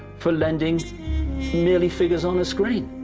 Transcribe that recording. for lending merely figures on a screen.